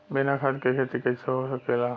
बिना खाद के खेती कइसे हो सकेला?